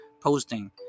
posting